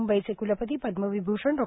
मुंबई चे क्लपती पद्मविभूषण डॉ